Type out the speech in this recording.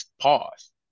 pause